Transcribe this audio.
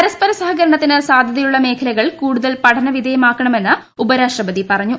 പരസ്പര സഹകരണത്തിന് സാധൃതയുള്ള മേഖലകൾ കൂടുതൽ പഠനവിധേയമാക്കണമെന്ന് ഉപരാഷ്ട്രപതി പറഞ്ഞു